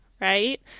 right